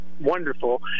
wonderful